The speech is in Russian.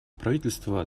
правительства